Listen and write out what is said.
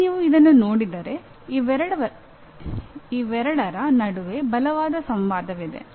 ಈಗ ನೀವು ಇದನ್ನು ನೋಡಿದರೆ ಇವೆರಡರ ನಡುವೆ ಬಲವಾದ ಸಂವಾದವಿದೆ